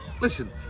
listen